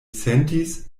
sentis